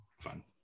fun